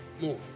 more